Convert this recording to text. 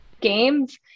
Games